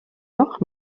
noch